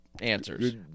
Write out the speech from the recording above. answers